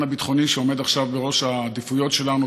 הביטחוני שעומד עכשיו בראש העדיפויות שלנו.